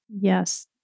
Yes